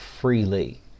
freely